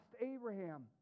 Abraham